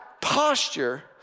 posture